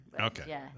Okay